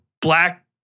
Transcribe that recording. black